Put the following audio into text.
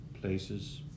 places